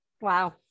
Wow